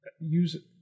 Use